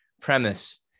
premise